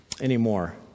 anymore